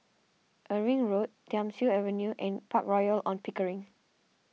Irving Road Thiam Siew Avenue and Park Royal on Pickering